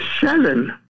seven